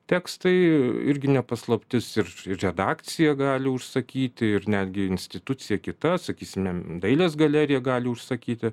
tekstai irgi ne paslaptis ir ir redakcija gali užsakyti ir netgi institucija kita sakysime dailės galerija gali užsakyti